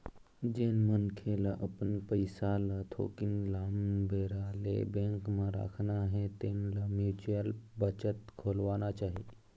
जेन मनखे ल अपन पइसा ल थोकिन लाम बेरा ले बेंक म राखना हे तेन ल म्युचुअल बचत खोलवाना चाही